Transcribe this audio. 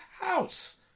house